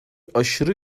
aşırı